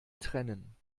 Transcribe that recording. trennen